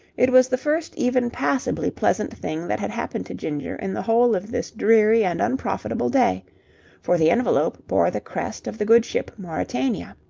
it was the first even passably pleasant thing that had happened to ginger in the whole of this dreary and unprofitable day for the envelope bore the crest of the good ship mauretania.